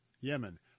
Yemen